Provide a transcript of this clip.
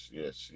yes